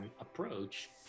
approach